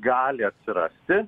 gali atsirasti